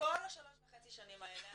וכל השלוש וחצי שנים האלה,